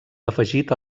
afegit